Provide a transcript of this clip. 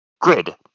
Grid